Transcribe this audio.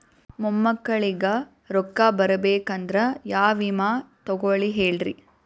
ಮೊಮ್ಮಕ್ಕಳಿಗ ರೊಕ್ಕ ಬರಬೇಕಂದ್ರ ಯಾ ವಿಮಾ ತೊಗೊಳಿ ಹೇಳ್ರಿ?